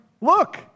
Look